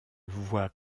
voit